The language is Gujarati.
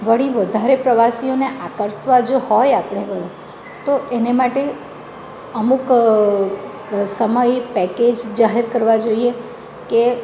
વળી વધારે પ્રવાસીઓને આકર્ષવા જો હોય આપણે તો એને માટે અમુક સમયે પેકેજ જાહેર કરવા જોઈએ કે